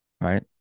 right